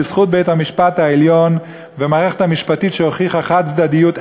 בזכות בית-המשפט העליון ומערכת משפטית שהוכיחה חד-צדדיות,